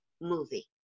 movie